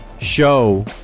show